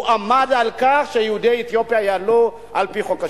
הוא עמד על כך שיהודי אתיופיה יעלו על-פי חוק השבות.